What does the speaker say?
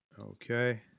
Okay